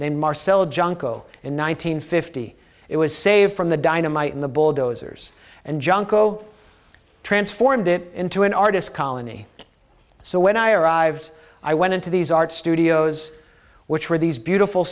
named marcel junko in one nine hundred fifty it was saved from the dynamite and the bulldozers and junko transformed it into an artist colony so when i arrived i went into these art studios which were these beautiful